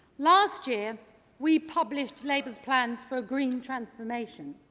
last year we published labour's plans for a green transformation.